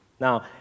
Now